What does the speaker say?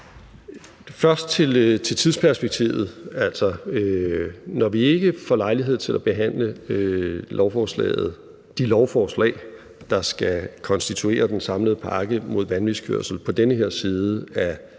Først til tidsperspektivet: Når vi ikke får lejlighed til at behandle de lovforslag, der skal konstituere den samlede pakke mod vanvidskørsel, på den her side af